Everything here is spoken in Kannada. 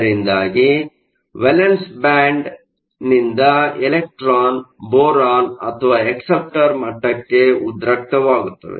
ಇದರಿಂದಾಗಿ ವೇಲೆನ್ಸ್ ಬ್ಯಾಂಡ್ನಿಂದ ಎಲೆಕ್ಟ್ರಾನ್ ಬೋರಾನ್ ಅಥವಾ ಅಕ್ಸೆಪ್ಟರ್ ಮಟ್ಟಕ್ಕೆ ಉದ್ರಿಕ್ತವಾಗುತ್ತವೆ